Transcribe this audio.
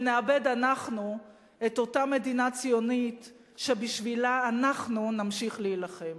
ונאבד אנחנו את אותה מדינה ציונית שבשבילה אנחנו נמשיך להילחם.